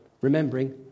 Remembering